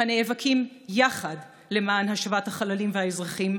הנאבקים יחד למען השבת החללים והאזרחים,